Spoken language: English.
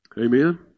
Amen